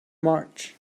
march